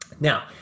Now